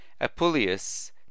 Apuleius